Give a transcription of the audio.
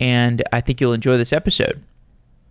and i think you'll enjoy this episode